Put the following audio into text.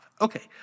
okay